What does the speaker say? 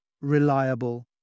reliable